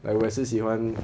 like 我也是喜欢